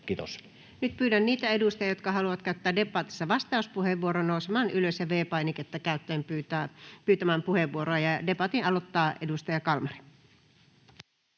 Content: Nyt pyydän niitä edustajia, jotka haluavat käyttää debatissa vastauspuheenvuoron, nousemaan ylös ja V-painiketta käyttäen pyytämään puheenvuoroa. — Ja debatin aloittaa edustaja Kalmari.